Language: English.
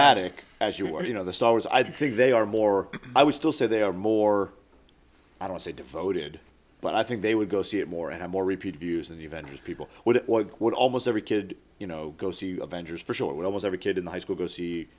fanatic as you were you know the stars i think they are more i would still say they are more i don't say devoted but i think they would go see it more and more repeated use of the avengers people would it would almost every kid you know go see avengers for sure it would almost every kid in high school go see